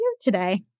today